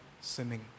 sinning